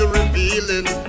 revealing